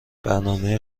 برنامه